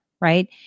right